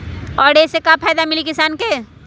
और ये से का फायदा मिली किसान के?